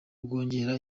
bwongera